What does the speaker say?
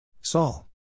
Saul